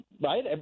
Right